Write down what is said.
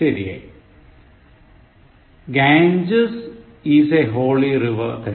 Ganges is a holy river തെറ്റ്